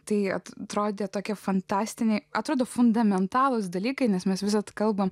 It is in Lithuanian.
tai atrodė tokie fantastiniai atrodo fundamentalūs dalykai nes mes visad kalbame